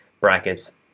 Brackets